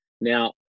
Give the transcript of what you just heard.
Now